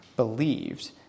believed